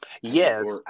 Yes